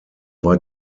war